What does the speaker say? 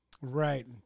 Right